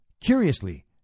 Curiously